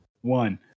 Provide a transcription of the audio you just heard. One